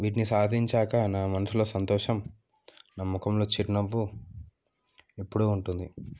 వీటిని సాధించాక నా మనసులో సంతోషం నా మొకంలో చిరునవ్వు ఎప్పుడు ఉంటుంది